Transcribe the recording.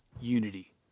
unity